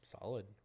Solid